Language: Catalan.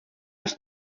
els